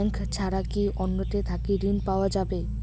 Bank ছাড়া কি অন্য টে থাকি ঋণ পাওয়া যাবে?